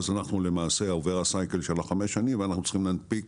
למעשה עוברות 5 שנים ואנחנו צריכים להנפיק